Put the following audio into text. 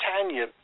Tanya